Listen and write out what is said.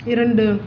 இரண்டு